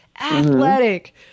athletic